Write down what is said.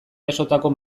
jasotako